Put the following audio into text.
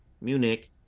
Munich